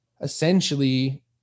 essentially